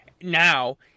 now